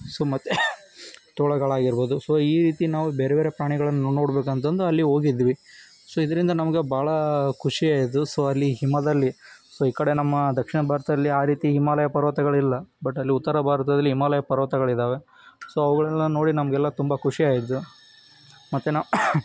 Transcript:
so ಮತ್ತೆ ತೋಳಗಳಾಗಿರ್ಬೋದು so ಈ ರೀತಿ ನಾವು ಬೇರೆ ಬೇರೆ ಪ್ರಾಣಿಗಳನ್ನು ನೋಡ್ಬೇಕಂತದ್ದು ಅಲ್ಲಿ ಹೋಗಿದ್ವಿ ಸೊ ಇದರಿಂದ ನಮಗೆ ಭಾಳ ಖುಷಿಯಾಯಿತು ಸೊ ಅಲ್ಲಿ ಹಿಮದಲ್ಲಿ ಸೊ ಈ ಕಡೆ ನಮ್ಮ ದಕ್ಷಿಣ ಭಾರತದಲ್ಲಿ ಈ ರೀತಿ ಹಿಮಾಲಯ ಪರ್ವತಗಳಿಲ್ಲ ಬಟ್ ಅಲ್ಲಿ ಉತ್ತರ ಭಾರತದಲ್ಲಿ ಹಿಮಾಲಯ ಪರ್ವತಗಳಿದ್ದಾವೆ ಸೊ ಅವುಗಳನ್ನೆಲ್ಲ ನೋಡಿ ನಮಗೆಲ್ಲ ತುಂಬ ಖುಷಿಯಾಯಿತು ಮತ್ತು ನಾವು